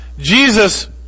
Jesus